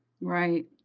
Right